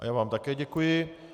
Já vám také děkuji.